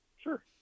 Sure